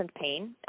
pain